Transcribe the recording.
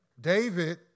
David